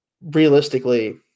realistically